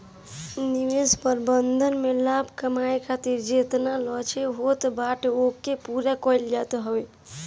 निवेश प्रबंधन में लाभ कमाए खातिर जेतना लक्ष्य होत बाटे ओके पूरा कईल जात हवे